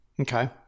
Okay